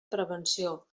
prevenció